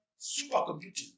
supercomputing